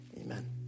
amen